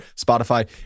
Spotify